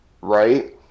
right